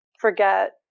forget